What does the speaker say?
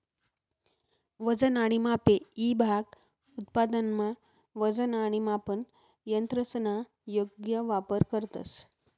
वजन आणि मापे ईभाग उत्पादनमा वजन आणि मापन यंत्रसना योग्य वापर करतंस